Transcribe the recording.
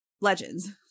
Legends